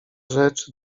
rzecz